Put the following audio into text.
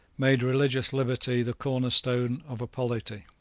made religious liberty the cornerstone of a polity.